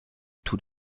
tous